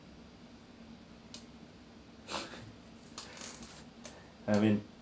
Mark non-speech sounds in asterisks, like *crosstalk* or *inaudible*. *laughs* I mean